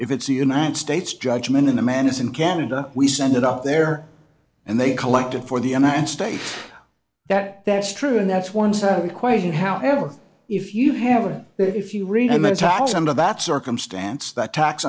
if it's the united states judgment in a man is in canada we send it up there and they collected for the united states that that's true and that's one side of equation however if you have a if you read a man's house under that circumstance that tax